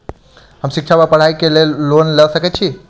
हम शिक्षा वा पढ़ाई केँ लेल लोन लऽ सकै छी?